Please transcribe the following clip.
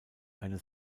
eine